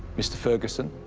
mr. ferguson,